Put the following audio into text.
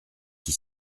qui